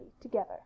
together